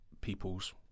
people's